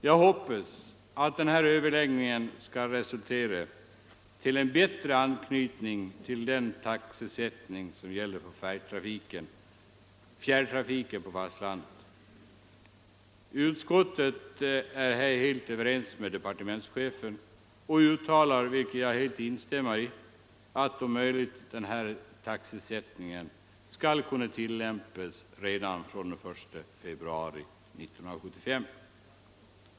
Jag hoppas att de överläggningarna skall resultera i en bättre anknytning till den taxesättning som gäller för fjärrtrafiken på fastlandet. Utskottet är här helt överens med departementschefen och uttalar, vilket jag instämmer i, att denna taxesättning om möjligt skall kunna tillämpas redan från den 1 februari 1975.